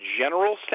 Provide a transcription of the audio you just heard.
general